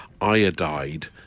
iodide